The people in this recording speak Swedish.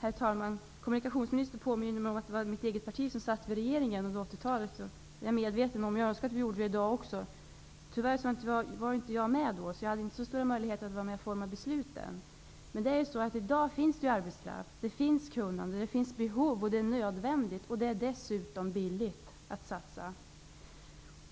Herr talman! Kommunikationsministern påminner mig om att det var mitt eget parti som hade regeringsmakten under 80-talet. Det är jag medveten om, och jag önskar att det hade varit så i dag också. Tyvärr var jag inte med då, så jag hade inte så stora möjligheter att vara med och forma besluten. I dag finns det arbetskraft, och det finns kunnande och behov. Det är nödvändigt och dessutom billigt att satsa.